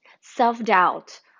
self-doubt